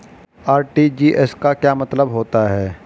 RTGS का क्या मतलब होता है?